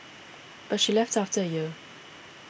but she left after a year